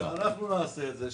כשאנחנו נעשה את זה,